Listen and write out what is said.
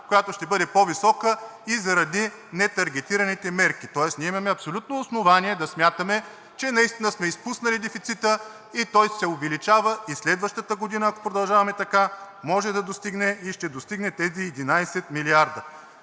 която ще бъде по-висока и заради нетаргетираните мерки. Тоест ние имаме абсолютно основание да смятаме, че наистина сме изпуснали дефицита и той се увеличава – следващата година, ако продължаваме така, може да достигне и ще достигне тези 11 милиарда.